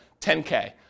10K